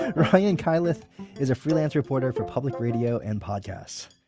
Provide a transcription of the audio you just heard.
ryan kailath is a freelance reporter for public radio and podcasts